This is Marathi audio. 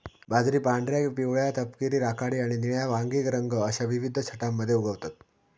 बाजरी पांढऱ्या, पिवळ्या, तपकिरी, राखाडी आणि निळ्या वांगी रंग अश्या विविध छटांमध्ये उगवतत